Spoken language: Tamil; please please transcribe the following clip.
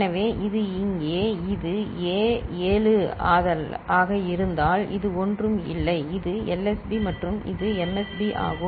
எனவே இது இங்கே இது A 7 ஆக இருந்தால் இது ஒன்றும் இல்லை இது LSB மற்றும் இது MSB ஆகும்